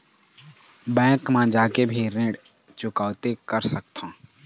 Bank मा जाके भी ऋण चुकौती कर सकथों?